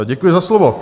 Děkuji za slovo.